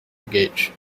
engage